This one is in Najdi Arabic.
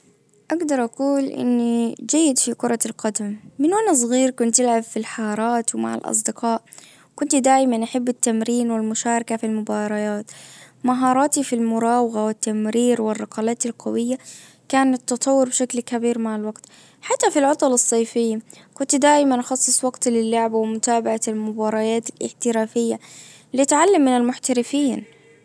اجدر اقول اني جيد في كرة القدم. من وانا صغير كنت العب في الحارات ومع الاصدقاء. كنت دايما احب التمرين والمشاركة في المباريات. مهاراتي في المراوغة والتمرير والركلات القوية. كان التطور بشكل كبير مع الوقت. حتى في العطل الصيفية. كنت دائما اخصص وقت للعبة ومتابعة المباريات الاحترافية. لتعلم من المحترفين